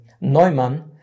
Neumann